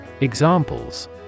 Examples